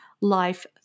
life